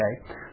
okay